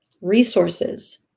resources